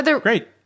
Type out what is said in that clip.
Great